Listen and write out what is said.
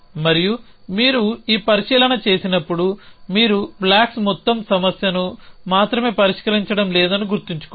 మరియు మీరు ఈ పరిశీలన చేసినప్పుడు మీరు బ్లాక్స్ మొత్తం సమస్యను మాత్రమే పరిష్కరించడం లేదని గుర్తుంచుకోండి